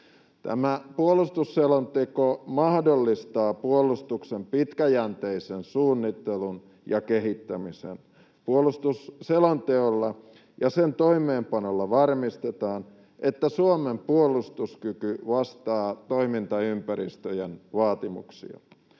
Tämä puolustusselonteko mahdollistaa puolustuksen pitkäjänteisen suunnittelun ja kehittämisen. Puolustusselonteolla ja sen toimeenpanolla varmistetaan, että Suomen puolustuskyky vastaa toimintaympäristöjen vaatimuksia.